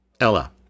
Ella